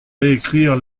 réécrire